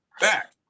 back